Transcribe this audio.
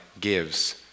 gives